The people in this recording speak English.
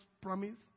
promise